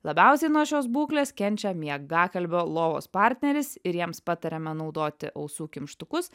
labiausiai nuo šios būklės kenčia miegakalbio lovos partneris ir jiems patariame naudoti ausų kimštukus